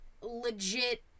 legit